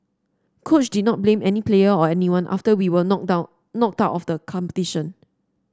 coach did not blame any player or anyone after we were knocked down knocked out of the competition